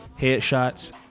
headshots